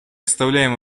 оставляем